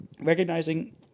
Recognizing